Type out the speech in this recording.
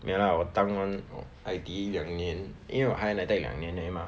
没有 lah 我当完 I_T_E 两年因为我 higher NITEC 两年而已 mah